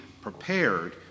prepared